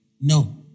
No